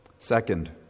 Second